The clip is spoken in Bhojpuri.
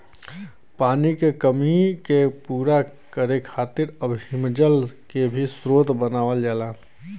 पानी के कमी के पूरा करे खातिर अब हिमजल के भी स्रोत बनावल जाला